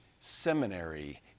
seminary